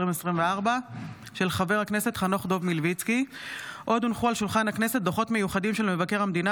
28 במאי 2024. הודעה לסגנית מזכיר הכנסת.